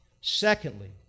Secondly